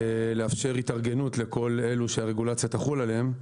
לאפשר התארגנות לכל אלו שהרגולציה תחול עליהם,